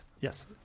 Yes